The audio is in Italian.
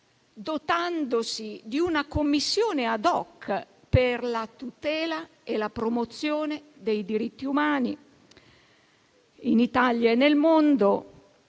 dotandosi di una Commissione *ad hoc* per la tutela e la promozione dei diritti umani in Italia e nel mondo.